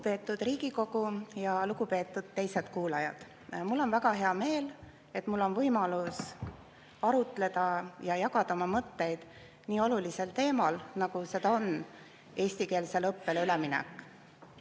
Lugupeetud Riigikogu! Lugupeetud teised kuulajad! Mul on väga hea meel, et mul on võimalus arutleda ja jagada oma mõtteid nii olulisel teemal, nagu seda on eestikeelsele õppele üleminek.